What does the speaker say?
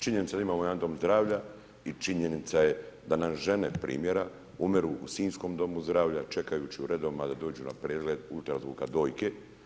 Činjenica je da imamo jedan dom zdravlja i činjenica je da nam žene primjera umiru u sinjskom Domu zdravlja čekajući u redovima da do dođu na pregled ultrazvuka dojke.